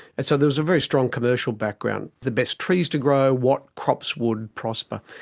and so there was a very strong commercial background. the best trees to grow, what crops would prosper.